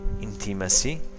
intimacy